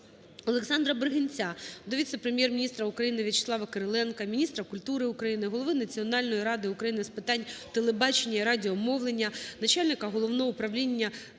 ОлександраБригинця до віце-прем'єр-міністра України В’ячеслава Кириленка, міністра культури України, голови Національної ради України з питань телебачення і радіомовлення, начальника Головного управління